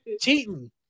cheating